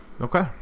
Okay